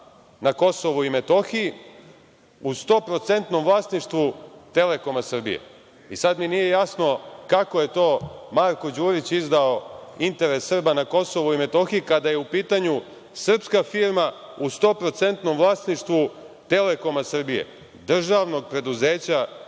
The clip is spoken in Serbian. na Kosovu i Metohiji u stoprocentnom vlasništvu „Telekoma“ Srbije. Sada mi nije jasno kako je to Marko Đurić izdao interes Srba na Kosovu i Metohiji, kada je u pitanju srpska firma u stoprocentnom vlasništvu „Telekoma“ Srbije, državnog preduzeća